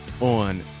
on